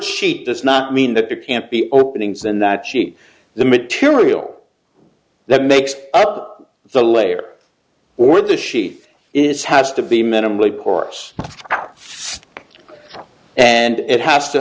cheap does not mean that there can't be openings and that she the material that makes up the layer or the sheath is has to be minimally course and it has to